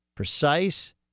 precise